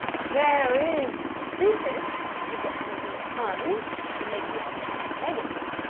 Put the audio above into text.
there is a prefix. again, which is un. to make the adjective negative.